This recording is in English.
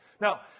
Now